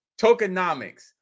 tokenomics